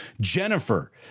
Jennifer